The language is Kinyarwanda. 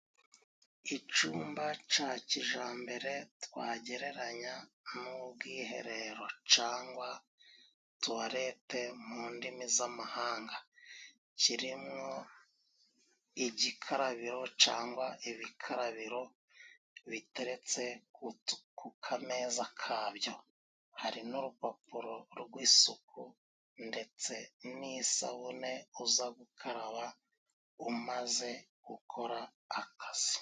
Icumba ca kijambere twagereranya n'ubwiherero cangwa tuwarete mu ndimi z'amahanga, kirimwo igikarabiro cangwa ibikarabiro biteretse ku kameza kabyo . Hari n'urupapuro rw'isuku ndetse n'isabune uza gukaraba umaze gukora akazi.